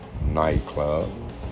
nightclub